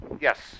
Yes